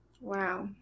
wow